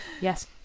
Yes